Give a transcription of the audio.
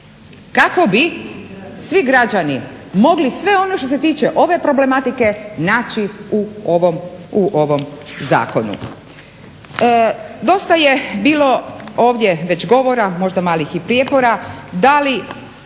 kako bi svi građani mogli sve ono što se tiče ove problematike naći u ovom zakonu. Dosta je bilo ovdje već govora možda malih i prijepora